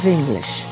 English